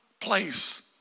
place